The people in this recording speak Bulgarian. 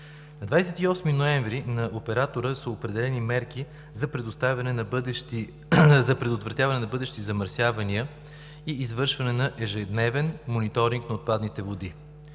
На 28 ноември на оператора са определени мерки за предотвратяване на бъдещи замърсявания и извършване на ежедневен мониторинг на отпадните води.